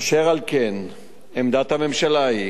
אשר על כן, עמדת הממשלה היא